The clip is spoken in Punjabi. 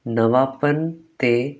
ਨਵਾਂਪਣ ਅਤੇ